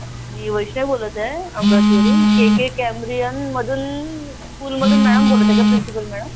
मी वैष्णवी बोलत आहे अमरावतीवरून के के कॅमरियनमधून स्कूलमधून मॅडम बोलत आहे का प्रिन्सिपल मॅडम